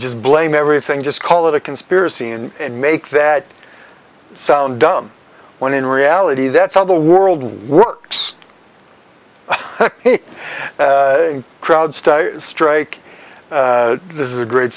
just blame everything just call it a conspiracy and make that sound dumb when in reality that's how the world works crowd strike this is a great